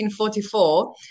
1944